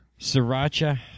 Sriracha